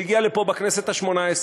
זה הגיע לפה בכנסת השמונה-עשרה,